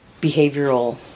behavioral